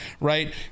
right